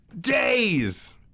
Days